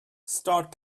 start